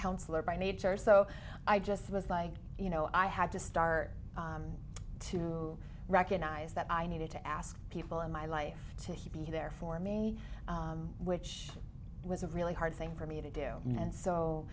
counselor by nature so i just was like you know i had to start to recognize that i needed to ask people in my life to be there for me which was a really hard thing for me to do and so